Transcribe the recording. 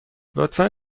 لطفا